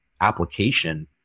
application